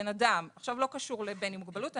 לא קשור לבן עם מוגבלות,